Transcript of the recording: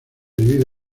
divide